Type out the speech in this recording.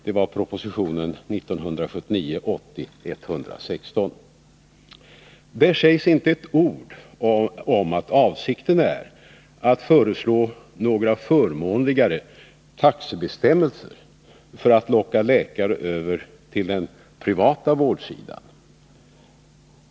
Det var propositionen 1979/80:116. Där sägs inte ett ord om att avsikten är att föreslå några förmånligare taxebestämmelser för att locka läkare över till den privata vårdsidan.